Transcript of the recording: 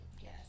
yes